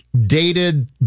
dated